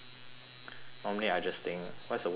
normally I just think what's the worst that can happen